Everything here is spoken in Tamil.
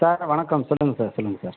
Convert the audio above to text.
சார் வணக்கம் சொல்லுங்கள் சார் சொல்லுங்கள் சார்